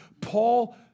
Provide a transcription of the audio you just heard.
Paul